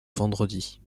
vendredi